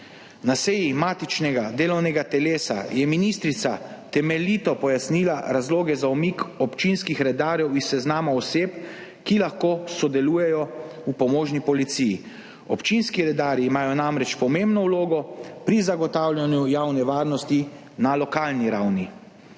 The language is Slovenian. Na seji matičnega delovnega telesa je ministrica temeljito pojasnila razloge za umik občinskih redarjev s seznama oseb, ki lahko sodelujejo v pomožni policiji. Občinski redarji imajo namreč pomembno vlogo pri zagotavljanju javne varnosti na lokalni ravni.